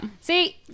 See